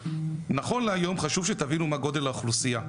נכון להיום חשוב שתבינו מה גודל האוכלוסייה.